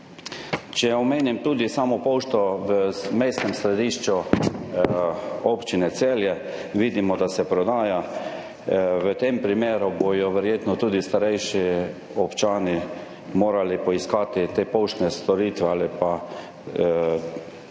Če omenim samo pošto v mestnem središču občine Celje – vidimo, da se prodaja. V tem primeru bodo verjetno tudi starejši občani morali poiskati storitve z naslova poštnih